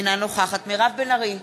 אינה נוכחת מירב בן ארי,